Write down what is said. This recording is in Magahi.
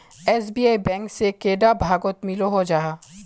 एस.बी.आई बैंक से कैडा भागोत मिलोहो जाहा?